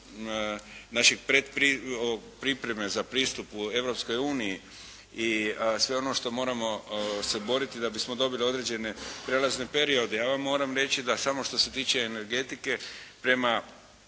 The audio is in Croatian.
naše predpripreme za pristup Europskoj uniji i sve ono što moramo se boriti da bismo dobili određene prelazne periode, ja vam moram reći da samo što se tiče energetike prema